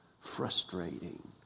frustrating